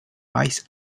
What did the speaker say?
vice